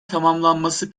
tamamlanması